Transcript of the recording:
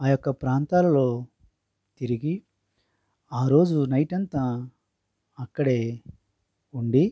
ఆయొక్క ప్రాంతాలలో తిరిగి ఆ రోజు నైట్ అంతా అక్కడే ఉండి